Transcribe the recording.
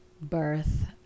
birth